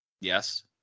Yes